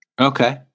Okay